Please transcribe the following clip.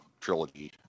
trilogy